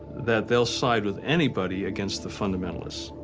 that they'll side with anybody against the fundamentalists.